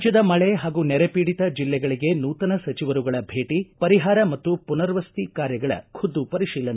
ರಾಜ್ಯದ ಮಳೆ ಹಾಗೂ ನೆರೆ ಪೀಡಿತ ಜಿಲ್ಲೆಗಳಿಗೆ ನೂತನ ಸಚಿವರುಗಳ ಭೇಟ ಪರಿಹಾರ ಮತ್ತು ಪುನರ್ವಸತಿ ಕಾರ್ಯಗಳ ಖುದ್ದು ಪರಿಶೀಲನೆ